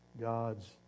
God's